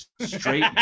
straight